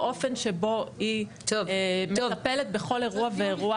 האופן שבו היא מטפלת בכל אירוע ואירוע.